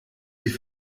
die